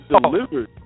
delivered